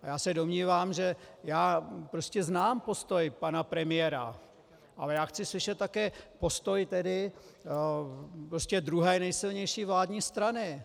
A já se domnívám, že já prostě znám postoj pana premiéra, ale já chci slyšet také postoj tedy prostě druhé nejsilnější vládní strany.